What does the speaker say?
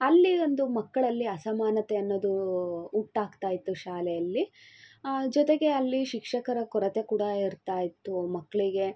ಅಲ್ಲಿ ಒಂದು ಮಕ್ಕಳಲ್ಲಿ ಅಸಮಾನತೆ ಅನ್ನೋದು ಉಂಟಾಗ್ತಾ ಇತ್ತು ಶಾಲೆಯಲ್ಲಿ ಜೊತೆಗೆ ಅಲ್ಲಿ ಶಿಕ್ಷಕರ ಕೊರತೆ ಕೂಡಾ ಇರ್ತಾ ಇತ್ತು ಮಕ್ಕಳಿಗೆ